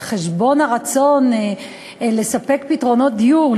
על חשבון הרצון לספק פתרונות דיור,